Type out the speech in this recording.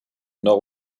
nord